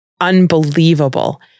unbelievable